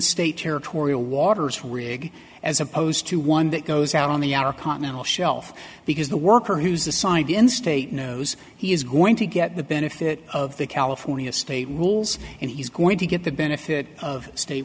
state territorial waters rig as opposed to one that goes out on the outer continental shelf because the worker who's the side in state knows he is going to get the benefit of the california state rules and he's going to get the benefit of sta